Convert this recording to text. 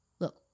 Look